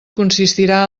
consistirà